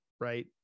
right